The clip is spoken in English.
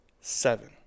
seven